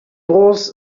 was